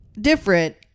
different